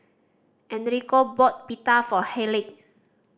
Enrico bought Pita for Hayleigh